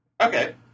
Okay